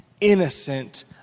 innocent